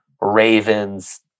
Ravens